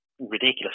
ridiculous